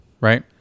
right